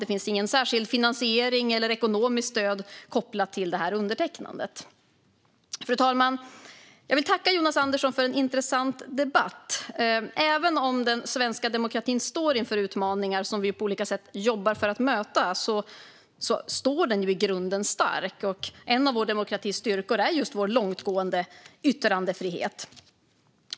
Det finns ingen särskild finansiering eller ekonomiskt stöd kopplat till undertecknandet. Fru talman! Jag vill tacka Jonas Andersson för en intressant debatt. Även om den svenska demokratin står inför utmaningar som vi på olika sätt jobbar för att möta står den i grunden stark. En av vår demokratis styrkor är just vår långtgående yttrandefrihet.